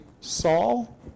Saul